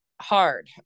hard